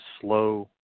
slow